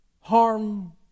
harm